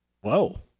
Whoa